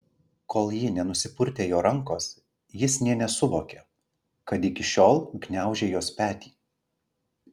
kol ji nenusipurtė jo rankos jis nė nesuvokė kad iki šiol gniaužė jos petį